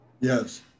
Yes